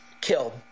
killed